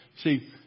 See